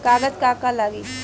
कागज का का लागी?